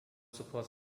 supports